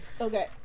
Okay